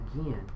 again